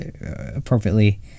appropriately